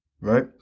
Right